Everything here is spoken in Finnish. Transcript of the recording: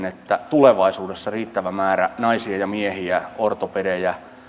että tulevaisuudessa riittävä määrä ammattilaisia naisia ja miehiä ortopedejä